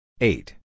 Eight